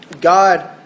God